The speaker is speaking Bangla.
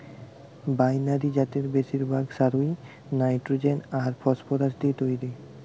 বাইনারি জাতের বেশিরভাগ সারই নাইট্রোজেন আর ফসফরাস দিয়ে তইরি